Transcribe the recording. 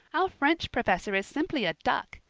our french professor is simply a duck.